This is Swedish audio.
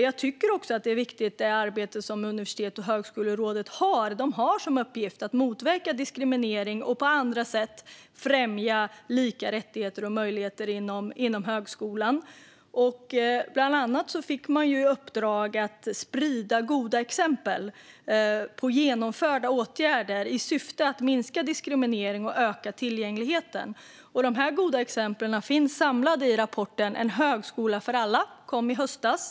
Jag tycker också att det arbete som Universitets och högskolerådet gör är viktigt. De har som uppgift att motverka diskriminering och på andra sätt främja lika rättigheter och möjligheter inom högskolan. Bland annat fick de i uppdrag att sprida goda exempel på genomförda åtgärder i syfte att minska diskriminering och öka tillgängligheten. De goda exemplen finns samlade i rapporten En högskola för alla , som kom i höstas.